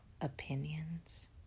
opinions